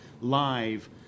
Live